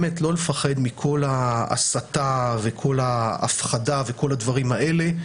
באמת לא לפחד מכל ההסתה, כל ההפחדה והדברים האלה.